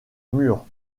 mur